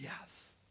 yes